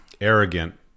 arrogant